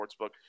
Sportsbook